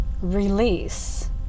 release